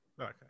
Okay